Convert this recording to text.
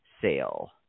sale